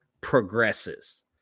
progresses